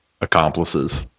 accomplices